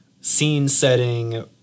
scene-setting